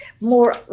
more